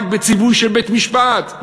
רק בציווי של בית-משפט,